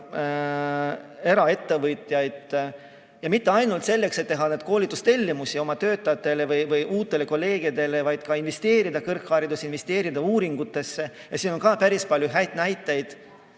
eraettevõtjaid, ja mitte ainult selleks, et teha koolitustellimusi oma töötajatele või uutele kolleegidele, vaid ka selleks, et investeerida kõrgharidusse, investeerida uuringutesse. Ka siin on päris palju häid näiteid.